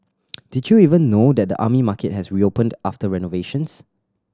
did you even know that the Army Market has reopened after renovations